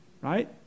right